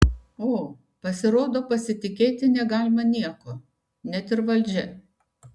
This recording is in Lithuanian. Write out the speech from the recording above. o pasirodo pasitikėti negalima niekuo net ir valdžia